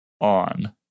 on